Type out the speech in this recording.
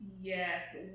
Yes